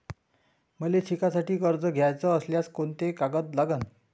मले शिकासाठी कर्ज घ्याचं असल्यास कोंते कागद लागन?